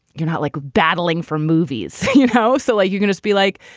you're not like battling for movies. you know, so ah you're going to be like,